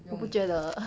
我不觉得